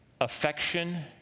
affection